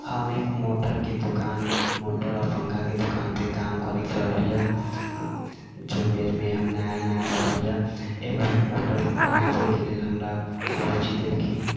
हम एक मोटरके दोकान मोटर आओर पंखाके दोकानपर काम करैत रहली हँ जौन बेरमे हम नया नया रहली हँ एगो मोटर बनाबैके लेल हमरा गुरुजी देलखिन